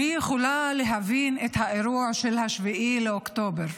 אני יכולה להבין את האירוע ב-7 באוקטובר,